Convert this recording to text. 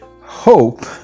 Hope